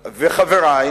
וחברי,